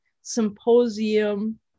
symposium